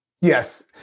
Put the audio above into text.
Yes